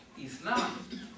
Islam